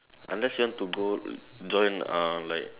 unless you want to go join uh like